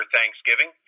Thanksgiving